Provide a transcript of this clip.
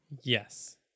Yes